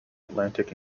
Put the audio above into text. atlantic